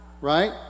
right